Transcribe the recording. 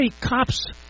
cops